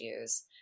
issues